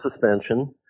suspension